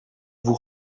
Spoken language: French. vous